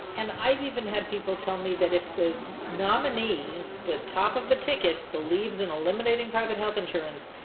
and i've even had people tell me that if the nominee, the top of the ticket, believes in eliminating private health insurance,